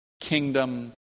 kingdom